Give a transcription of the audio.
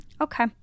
okay